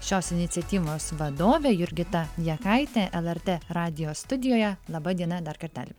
šios iniciatyvos vadovė jurgita jakaitė lrt radijo studijoje laba diena dar kartelį